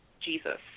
Jesus